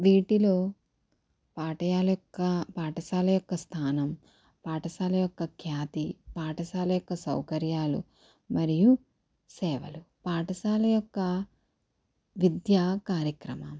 వీటిలో పాటయాల యొక్క పాఠశాల యొక్క స్థానం పాఠశాల యొక్క ఖ్యాతి పాఠశాల యొక్క సౌకర్యాలు మరియు సేవలు పాఠశాల యొక్క విద్యా కార్యక్రమం